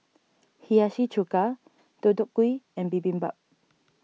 Hiyashi Chuka Deodeok Gui and Bibimbap